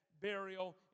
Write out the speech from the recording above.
burial